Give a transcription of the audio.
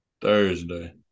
Thursday